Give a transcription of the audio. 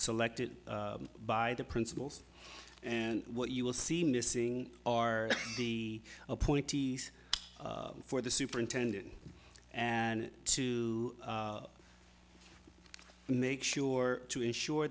selected by the principals and what you will see missing are the appointees for the superintendent and two make sure to ensure